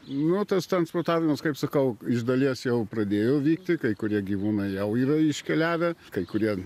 nu tas transportavimas kaip sakau iš dalies jau pradėjo vykti kai kurie gyvūnai jau yra iškeliavę kai kurie